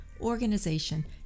organization